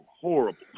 horrible